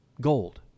gold